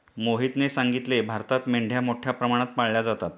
मोहितने सांगितले, भारतात मेंढ्या मोठ्या प्रमाणात पाळल्या जातात